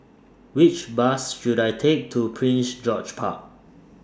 Which Bus should I Take to Prince George's Park